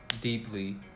deeply